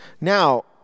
Now